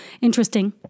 interesting